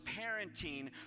parenting